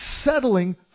settling